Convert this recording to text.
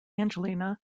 angelina